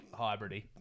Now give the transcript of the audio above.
hybridy